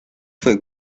fue